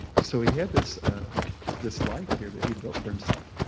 so he had this ah this life here that he built for himself.